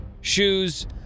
shoes